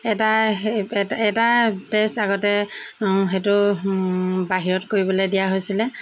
এটাই এটাই টেষ্ট আগতে সেইটো বাহিৰত কৰিবলৈ দিয়া হৈছিলে